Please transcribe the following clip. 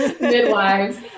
midwives